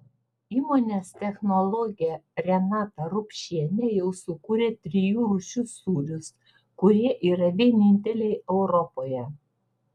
įmonės technologė renata rupšienė jau sukūrė trijų rūšių sūrius kurie yra vieninteliai europoje